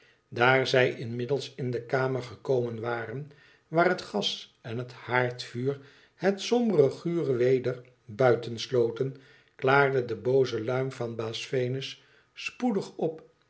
daar zij inmiddels in de kamer gekomen waren waar het gas en het haardvuur het sombere gure weder buitensloten klaarde de booze luim van baas venus spoecüg op